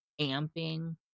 amping